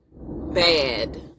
bad